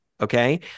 okay